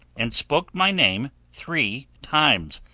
and spoke my name three times!